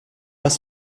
pas